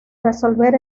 resolver